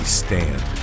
stand